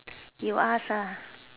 you ask ah